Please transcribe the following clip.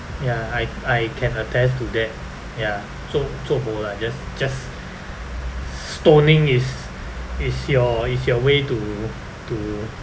yea I I can attest to that ya so zuo bo lah just just stoning is is your is your way to to